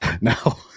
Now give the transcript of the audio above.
No